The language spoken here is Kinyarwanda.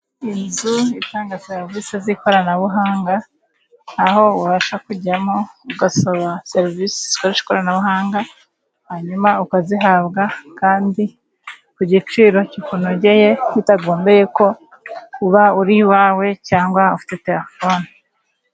Inzu itanga serivisi z'ikoranabuhanga aho wabasha kujyamo ugasaba serivisi zikoresha ikoranabuhanga. Hanyuma ukazihabwa kandi ku giciro kikunogeye bitagombye ko uba uri uwawe cyangwa ufite telefoni.